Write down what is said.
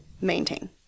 maintain